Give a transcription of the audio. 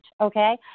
okay